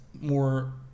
more